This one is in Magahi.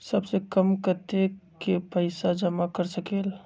सबसे कम कतेक पैसा जमा कर सकेल?